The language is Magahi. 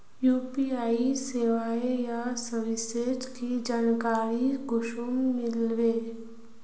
यु.पी.आई सेवाएँ या सर्विसेज की जानकारी कुंसम मिलबे?